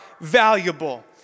valuable